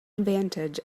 advantage